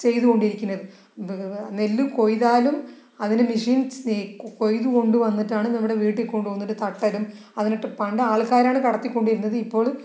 ചെയ്തുകൊണ്ടിരിക്കുന്നത് നെല്ല് കൊയ്താലും അതിന് മെഷിൻ കൊയ്തുകൊണ്ടു വന്നിട്ടാണ് നമ്മുടെ വീട്ടിൽ കൊണ്ട് വന്നിട്ട് തട്ടലും അതിനിട്ടു പണ്ട് ആൾക്കാരാണ് കടത്തിക്കൊണ്ടിരിക്കുന്നത് ഇപ്പോഴും